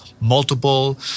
multiple